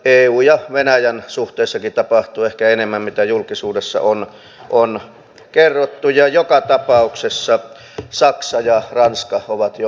eun ja venäjän suhteessakin tapahtuu ehkä enemmän kuin julkisuudessa on kerrottu ja joka tapauksessa saksa ja ranska ovat jo liikkeellä